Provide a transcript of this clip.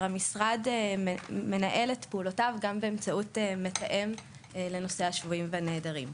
המשרד מנהל את פעולותיו גם באמצעות מתאם לנושא השבויים והנעדרים.